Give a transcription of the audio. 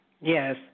Yes